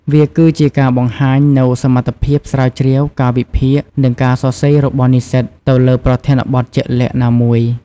វាគឺជាការបង្ហាញនូវសមត្ថភាពស្រាវជ្រាវ ការវិភាគ និងការសរសេររបស់និស្សិតទៅលើប្រធានបទជាក់លាក់ណាមួយ។